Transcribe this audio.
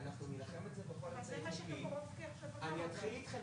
למשל סתם כמשל,